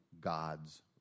God's